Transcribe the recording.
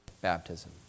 baptism